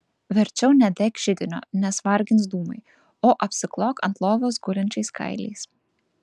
verčiau nedek židinio nes vargins dūmai o apsiklok ant lovos gulinčiais kailiais